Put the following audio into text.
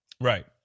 Right